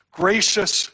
gracious